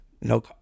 no